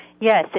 yes